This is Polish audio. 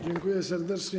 Dziękuję serdecznie.